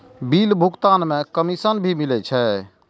Bill भुगतान में commission भी मिले छै?